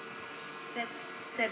that's that